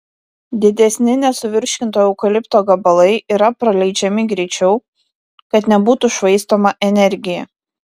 didesni nesuvirškinto eukalipto gabalai yra praleidžiami greičiau kad nebūtų švaistoma energija